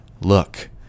Look